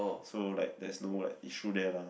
so like there's no like issue there lah